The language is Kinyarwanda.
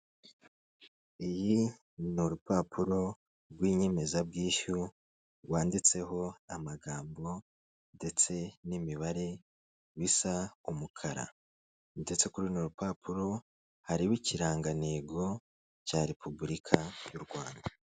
Iyi ni urupapuro rw'inyemezabwishyu rwanditseho amagambo ndetse n'imibare bisa umukara ndetse kuri runo rupapuro hariho ikirangantego cya Repubulika y'u Rwanda.